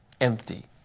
empty